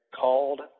called